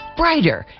brighter